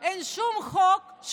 חרדים,